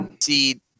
see